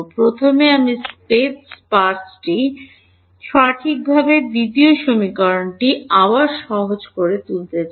প্রথমে আমি স্পেস পার্টসটি সঠিকভাবে দ্বিতীয় সমীকরণটি আবার সহজ করে তুলতে চাই